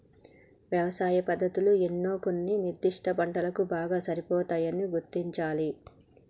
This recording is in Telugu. యవసాయ పద్దతులు ఏవో కొన్ని నిర్ధిష్ట పంటలకు బాగా సరిపోతాయని గుర్తించాలి